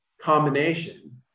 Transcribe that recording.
combination